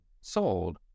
sold